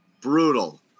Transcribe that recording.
brutal